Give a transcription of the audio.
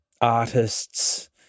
artists